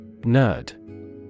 Nerd